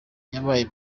yabaye